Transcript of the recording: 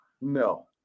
no